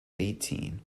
eighteen